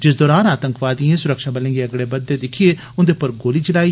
जिस दौरान आतंकवादिए सुरक्षाबलें गी अगड़े बददे दिक्खिये उन्दे पर गोली चलाई